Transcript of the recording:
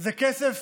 זה כסף